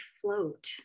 float